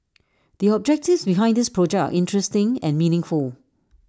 the objectives behind this project are interesting and meaningful